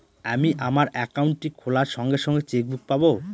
আমি আমার একাউন্টটি খোলার সঙ্গে সঙ্গে চেক বুক পাবো?